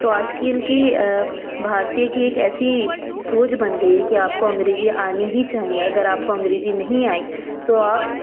तो आजकल की भारतीय की एक ऐसी सोच बन गई है कि आपको अंग्रजी आनी ही चाहिए अगर आपको अंग्रेजी नहीं आई तो आप